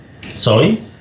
Sorry